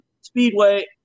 Speedway